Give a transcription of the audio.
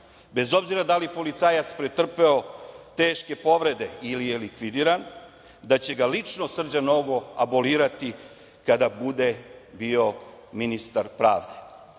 bez obzira da li policajac pretrpeo teške povrede ili je likvidiran, da će ga lično Srđan Nogo abolirati kada bude bio ministar pravde.